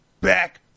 back